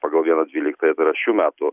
pagal vieną dvyliktąją tai yra šių metų